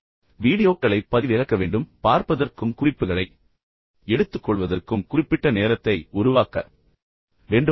நீங்கள் வீடியோக்களைப் பதிவிறக்க வேண்டும் பார்ப்பதற்கும் குறிப்புகளை எடுத்துக்கொள்வதற்கும் குறிப்பிட்ட நேரத்தை உருவாக்க வேண்டும்